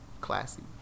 Classy